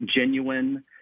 genuine